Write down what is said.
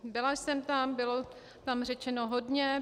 Byla jsem tam, bylo tam řečeno hodně.